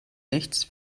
nichts